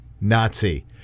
Nazi